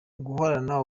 guhorana